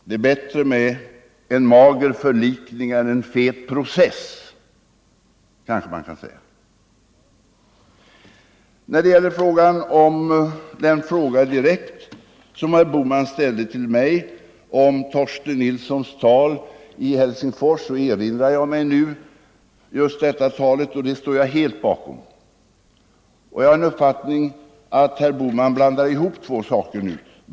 Det är bättre med en mager förlikning än en fet process, kanske man kan säga. Herr Bohman ställde en direkt fråga till mig om det tal som Torsten Nilsson höll i Helsingfors. Det talet står jag helt bakom. Jag har en 105 känsla av att herr Bohman blandar ihop två saker.